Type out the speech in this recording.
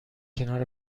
کنار